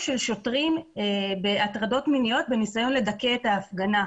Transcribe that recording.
של שוטרים בטרדות מיניות בניסיון לדכא את ההפגנה.